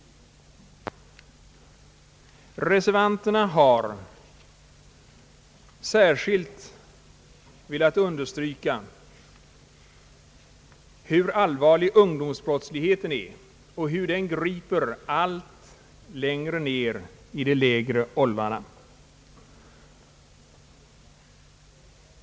Reservanterna har särskilt velat understryka hur allvarlig ungdomsbrottsligheten är och hur den griper allt längre ner i de lägre åldrarna.